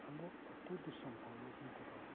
ᱟᱵᱚ ᱟᱹᱛᱩ ᱫᱤᱥᱚᱢ ᱦᱚᱲ ᱞᱟᱹᱜᱤᱫ ᱛᱮᱫᱚ